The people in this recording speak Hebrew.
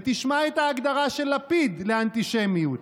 ותשמע את ההגדרה של לפיד לאנטישמיות: